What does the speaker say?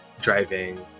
driving